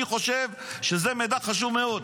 אני חושב שזה מידע חשוב מאוד,